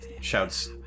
shouts